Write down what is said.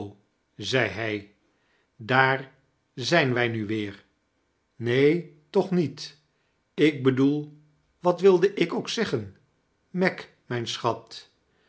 zei hij daar zijn wij nu weer neen tooh niet ik beidoel wat wilide ik ook zeggen meg mijn schat